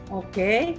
okay